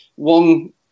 One